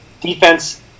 defense